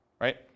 right